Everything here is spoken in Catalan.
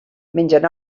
mengen